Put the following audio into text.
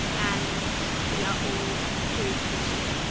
and we are all curious creatures.